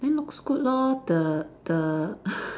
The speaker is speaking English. then looks good lor the the